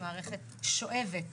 היא מערכת שואבת.